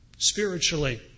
Spiritually